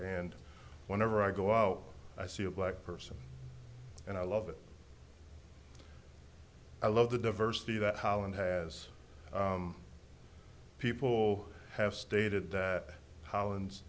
and whenever i go out i see a black person and i love it i love the diversity that holland has people have stated that holland